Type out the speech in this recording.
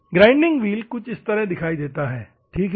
grinding wheel कुछ इस तरह का दिखाई देता है ठीक है